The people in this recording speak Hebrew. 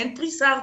אין פריסה ארצית,